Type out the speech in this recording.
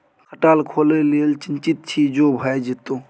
खटाल खोलय लेल चितिंत छी जो भए जेतौ